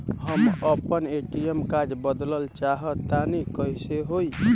हम आपन ATM card बदलल चाह तनि कइसे होई?